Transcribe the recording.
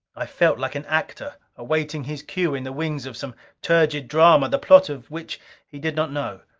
i felt like an actor awaiting his cue in the wings of some turgid drama the plot of which he did not know.